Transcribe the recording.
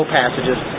passages